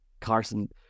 Carson